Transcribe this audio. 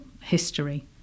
history